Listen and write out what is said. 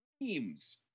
teams